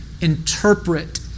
interpret